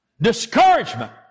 Discouragement